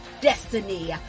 destiny